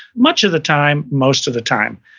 much of the time, most of the time,